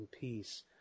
peace